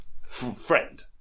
friend